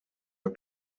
are